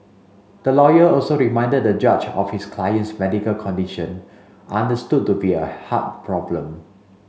the lawyer also reminded the judge of his client's medical condition understood to be a heart problem